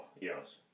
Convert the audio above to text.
Yes